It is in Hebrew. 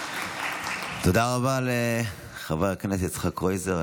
תודה רבה לחבר הכנסת יצחק קרויזר.